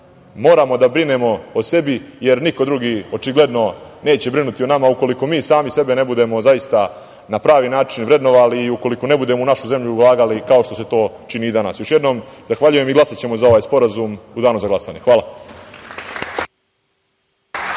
moramo da brinemo o sebi, jer niko drugi očigledno neće brinuti o nama ukoliko mi sami sebe ne budemo zaista na pravi način vrednovali i ukoliko ne budemo u našu zemlju ulagali kao što se to čini i danas. Još jednom, zahvaljujem i glasaćemo za ovaj sporazum u danu za glasanje. hvala.